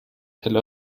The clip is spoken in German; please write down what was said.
tel